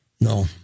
no